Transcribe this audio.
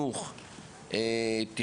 אז אני רוצה להניח שזה בסדר.